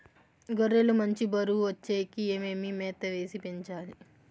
గొర్రె లు మంచి బరువు వచ్చేకి ఏమేమి మేత వేసి పెంచాలి?